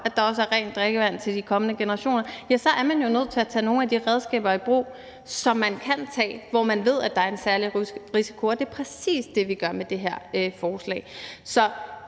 at der også er rent drikkevand til de kommende generationer, er de jo nødt til at tage nogle af de redskaber i brug dér, hvor vi ved, at der er en særlig risiko. Det er præcis det, vi gør med det her forslag.